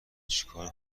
چیکار